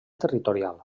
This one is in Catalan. territorial